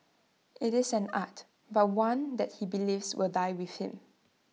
IT is an art but one that he believes will die with him